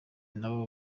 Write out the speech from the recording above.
nabo